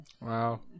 Wow